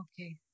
Okay